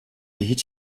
hiç